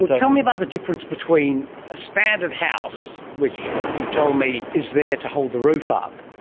tell me about the difference between a standard house, which you've told me is there to hold the roof up,